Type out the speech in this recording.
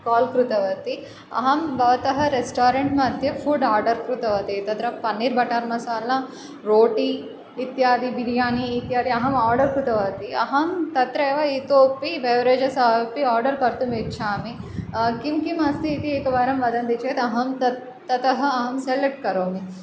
call कृतवती अहं बवतः रेस्टोरेण्ट् मध्ये फ़ुड् आर्डर् कृतवती तत्र पन्नीर् बटर् मसाला रोटि इत्यादि बिर्यानि इत्यादि अहम् आर्डर् कृतवती अहं तत्रैव इतोऽपि बेवरेजस् अपि आर्डर् कर्तुं इच्छामि किं किम् अस्ति इति एक वारं वदन्ति चेत् अहं तत् ततः अहं सेलेक्ट् करोमि